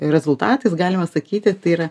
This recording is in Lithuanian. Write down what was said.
rezultatais galima sakyti tai yra